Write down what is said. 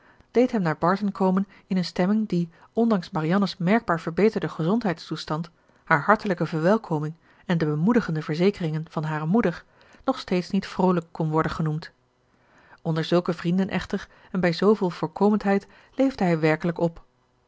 hem naar barton komen in eene stemming die ondanks marianne's merkbaar verbeterden gezondheidstoestand haar hartelijke verwelkoming en de bemoedigende verzekeringen van hare moeder nog steeds niet vroolijk kon worden genoemd onder zulke vrienden echter en bij zooveel voorkomendheid leefde hij werkelijk op